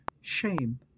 shame